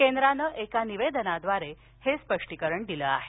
केंद्रान एका निवेदनाद्वारे हे स्पष्टीकरण दिल आहे